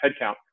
headcount